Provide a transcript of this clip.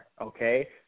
okay